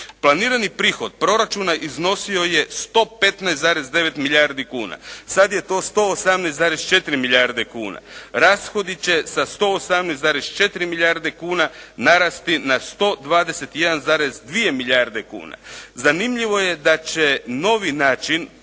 Planirani prihod proračuna iznosio je 115,9 milijardi kuna. sad je to 118,4 milijarde kuna. Rashodi će sa 118,4 milijarde kuna narasti na 121,2 milijarde kuna. Zanimljivo je da će novi način